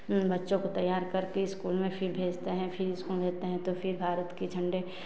बच्चों को तैयार करके स्कूल में फिर भेजते हैं फिर स्कूल भेजते हैं तो फिर भारत के झण्डे